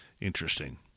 interesting